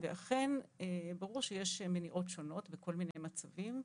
ואכן ברור שיש מניעות שונות בכל מיני מצבים,